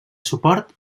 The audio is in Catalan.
suport